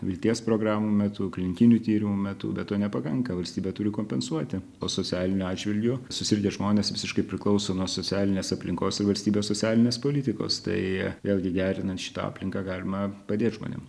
vilties programų metu klinikinių tyrimų metu bet to nepakanka valstybė turi kompensuoti o socialiniu atžvilgiu susirgę žmonės visiškai priklauso nuo socialinės aplinkos ir valstybės socialinės politikos tai vėlgi gerinant šitą aplinką galima padėt žmonėm